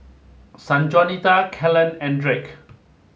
Sanjuanita Kellen and Drake